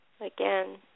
again